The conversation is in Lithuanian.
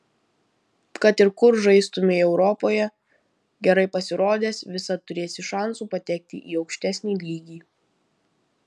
kad ir kur žaistumei europoje gerai pasirodęs visad turėsi šansų patekti į aukštesnį lygį